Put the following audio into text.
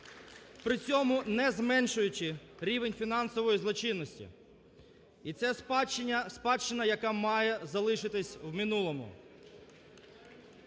при цьому не зменшуючи рівень фінансової злочинності. І це спадщина, яка має залишитись в минулому.